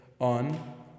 on